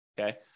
Okay